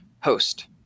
host